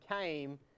came